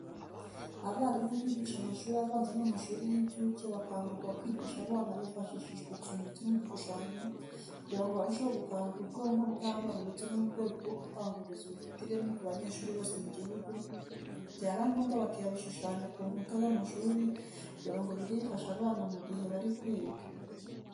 Abarimu bigisha amashuri abanza n'amashuri y'incuke bakangurirwa kwigisha abana bifashishije udukino ndetse n'udushushanyo kugira ngo barusheho gukangura ubwonko bw'abana ndetse no mu rwego rwo gutanga uburezi bufite ireme ku banyeshuri bose mu gihugu, byaba ngomba bakabishushanya ku nkuta z'amashuri kugira ngo bijye bifasha abana mu gihe bari kwiga.